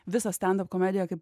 visą stendap komediją kaip